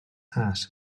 hat